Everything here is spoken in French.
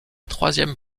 troisième